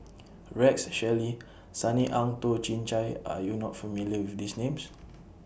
Rex Shelley Sunny Ang Toh Chin Chye Are YOU not familiar with These Names